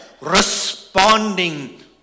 responding